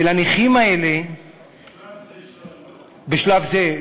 ולנכים האלה, בשלב זה 300. בשלב זה.